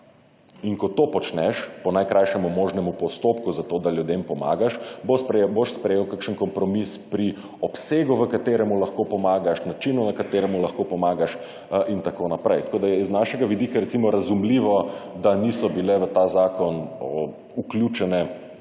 In ko to počneš po najkrajšem možnem postopku, zato da ljudem pomagaš, boš sprejel kakšen kompromis pri obsegu v katerem lahko pomagaš, načinu na katerem lahko pomagaš in tako naprej. Tako, da je iz našega vidika recimo razumljivo, da niso bile v ta zakon vključene vse